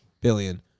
Billion